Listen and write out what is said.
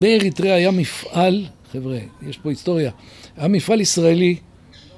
באריתריאה היה מפעל, חבר'ה יש פה היסטוריה, היה מפעל ישראלי